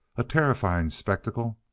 a terrifying spectacle,